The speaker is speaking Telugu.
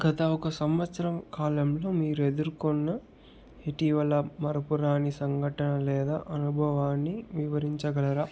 గత ఒక సంవత్సరం కాలంలో మీరు ఎదుర్కొన్న ఇటీవల మరపురాని సంగటన లేదా అనుభవాన్ని వివరించగలరా